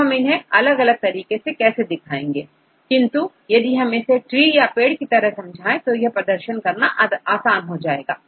तो हम इन्हें अलग तरीके से समझाएंगे किंतु इसे ट्री या पेड़ की तरह प्रदर्शित करना आसान होगा